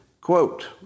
Quote